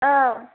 औ